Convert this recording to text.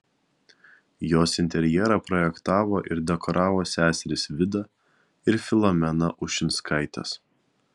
jos interjerą projektavo ir dekoravo seserys vida ir filomena ušinskaitės